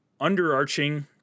underarching